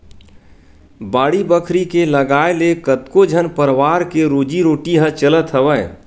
बाड़ी बखरी के लगाए ले कतको झन परवार के रोजी रोटी ह चलत हवय